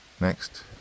next